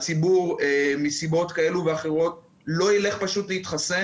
שהציבור מסיבות כאלה ואחרות לא ילך להתחסן,